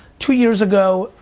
two years ago,